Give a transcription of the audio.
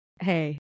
Hey